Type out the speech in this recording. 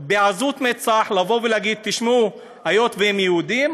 בעזות מצח ואומרים: היות שהם יהודים,